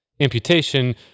amputation